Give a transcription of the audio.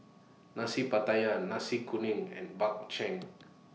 Nasi Pattaya Nasi Kuning and Bak Chang